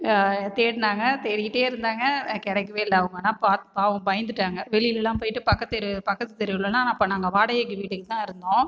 தேடினாங்க தேடிகிட்டே இருந்தாங்கள் நான் கிடைக்கவே இல்லை அவங்க ஆனால் பார்க் பாவம் பயந்துட்டாங்கள் வெளிலாம் போயிட்டு பக்கத்தெரு பக்கத்து தெருலேலாம் அப்போ நாங்கள் வாடகைக்கு வீட்டுக்கு தான் இருந்தோம்